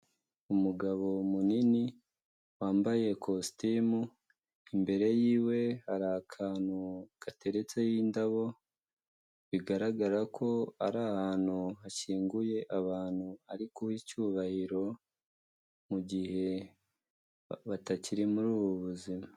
Umugabo munini wambaye kositimu imbere yiwe hari akantu gateretse indabo, bigaragara ko ari ahantu hashyinguye abantu ari guha icyubahiro mu gihe batakiri muri ubu buzima.